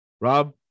Rob